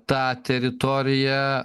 tą teritoriją